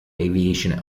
aviation